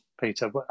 Peter